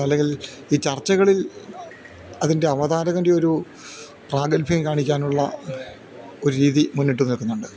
അല്ലെങ്കിൽ ഈ ചർച്ചകളിൽ അതിൻ്റെ അവതാരകൻ്റെ ഒരു പ്രാഗൽഭ്യം കാണിക്കാനുള്ള ഒരു രീതി മുന്നിട്ട് നിൽക്കുന്നുണ്ട്